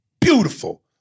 Beautiful